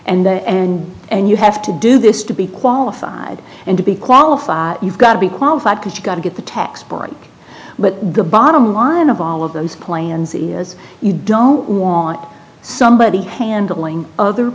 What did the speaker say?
and the and and you have to do this to be qualified and to be qualified you've got to be qualified because you got to get the tax part but the bottom line of all of those plans ias you don't want somebody handling other